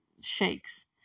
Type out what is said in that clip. shakes